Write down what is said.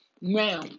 Now